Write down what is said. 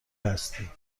هستی